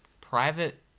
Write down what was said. private